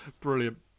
Brilliant